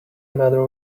matter